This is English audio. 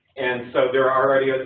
and so there already ah